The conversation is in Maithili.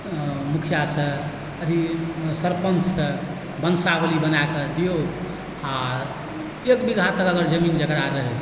मुखियासँ अथी सरपञ्चसँ बंशावली बनाकऽ दियौ आओर एक बीघा तक अगर जमीन जकरा रहै